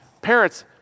Parents